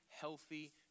healthy